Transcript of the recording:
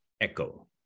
Echo